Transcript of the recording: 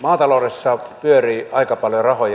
maataloudessa pyörii aika paljon rahoja